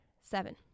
seven